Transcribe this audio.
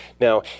Now